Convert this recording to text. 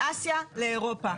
מאסיה לאירופה.